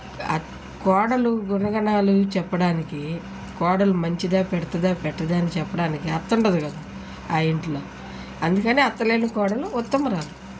అత్ కోడలు గుణగణాలు చెప్పడానికి కోడలు మంచిదా పెడుతుందా పెట్టదా అని చెప్పడానికి అత్తుండదు కదా ఆ ఇంట్లో అందుకనే అత్తలేని కోడలు ఉత్తమురాలు